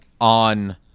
on